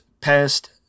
passed